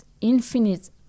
infinite